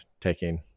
taking